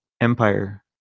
empire